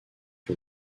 que